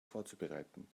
vorzubereiten